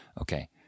okay